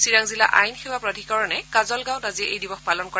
চিৰাং জিলা আইন সেৱা প্ৰাধিকৰণে কাজলগাঁৱত আজি এই দিৱস পালন কৰে